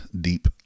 deep